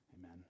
amen